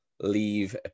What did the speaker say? leave